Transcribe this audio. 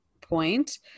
point